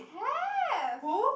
have